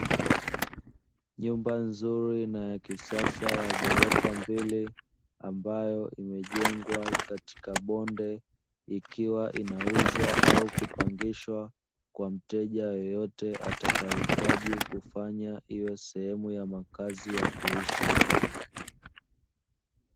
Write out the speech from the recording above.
Nyumba nzuri na ya kisasa ya gorofa mbili, ambayo imejengwa katika bonde, ikiwa inauzwa au kupangishwa, kwa mteja yeyote, atakayehitaji kufanya iwe sehemu ya makazi ya kuishi.